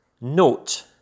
note